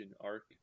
arc